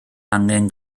angen